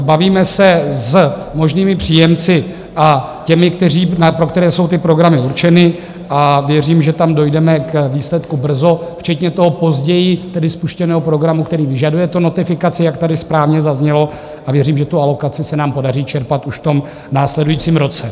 Bavíme se s možnými příjemci a těmi, pro které jsou ty programy určeny, a věřím, že tam dojdeme k výsledku brzo, včetně toho později tedy spuštěného programu, který vyžaduje notifikaci, jak tady správně zaznělo, a věřím, že alokaci se nám podaří čerpat už v následujícím roce.